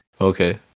okay